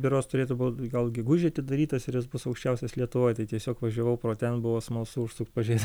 berods turėtų būt gal gegužę atidarytas ir jis bus aukščiausias lietuvoj tai tiesiog važiavau pro ten buvo smalsu užsukt pažiūrėt